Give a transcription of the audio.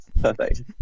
perfect